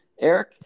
Eric